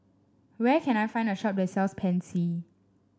where can I find a shop that sells Pansy